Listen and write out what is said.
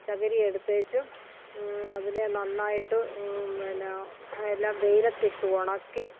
ചകിരിയെടുത്തേച്ചും അതിനെ നന്നായിട്ട് എന്നാ എല്ലാം വെയിലത്തിട്ട് ഉണക്കി